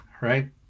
Right